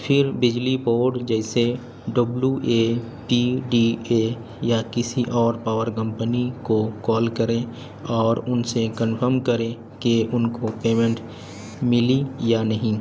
پھر بجلی بورڈ جیسے W A T D A یا کسی اور پاور کمپنی کو کال کریں اور ان سے کنفرم کریں کہ ان کو پیمنٹ ملی یا نہیں